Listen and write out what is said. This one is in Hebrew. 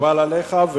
מקובל עליך.